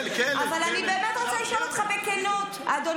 יש לי גם כלב.